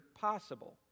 possible